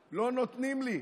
אין לי אישור,